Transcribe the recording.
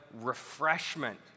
refreshment